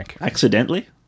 Accidentally